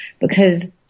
Because-